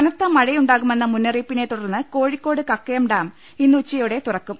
കനത്ത മഴയുണ്ടാകുമെന്ന മുന്നറിയിപ്പിനെ തുടർന്ന് കോഴി ക്കോട് കക്കയം ഡാം ഇന്നുച്ചയോട്ടെ ്തുറക്കും